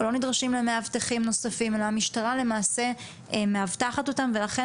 או לא נדרשים למאבטחים נוספים אלא המשטרה מאבטחת אותם ולכן,